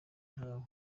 ntawe